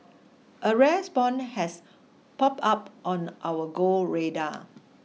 a rare spawn has pop up on our Go radar